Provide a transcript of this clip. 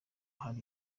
hari